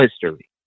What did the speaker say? history